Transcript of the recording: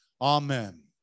Amen